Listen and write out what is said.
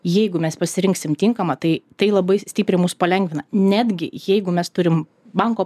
jeigu mes pasirinksim tinkamą tai tai labai stipriai mums palengvina netgi jeigu mes turim banko